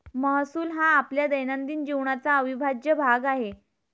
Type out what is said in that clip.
महसूल हा आपल्या दैनंदिन जीवनाचा अविभाज्य भाग आहे